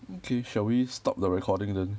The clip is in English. okay shall we stop the recording then